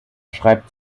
schreibt